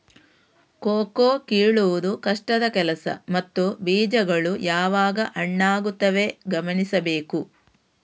cocoa ಕೀಳುವುದು ಕಷ್ಟದ ಕೆಲಸ ಮತ್ತು ಬೀಜಗಳು ಯಾವಾಗ ಹಣ್ಣಾಗುತ್ತವೆ ಗಮನಿಸಬೇಕು